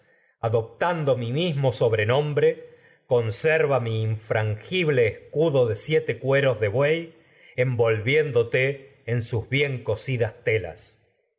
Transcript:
adoptando mi mismo sobrenombre mi infrangibie escudo de siete cueros de buey en envolviéndote sus bien cosidas telas